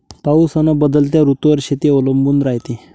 पाऊस अन बदलत्या ऋतूवर शेती अवलंबून रायते